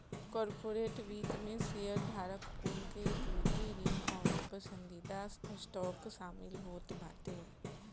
corporate वित्त में शेयरधारक कुल के इक्विटी, ऋण अउरी पसंदीदा स्टॉक शामिल होत बाटे